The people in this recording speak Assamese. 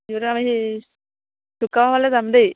যাম দেই